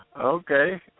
Okay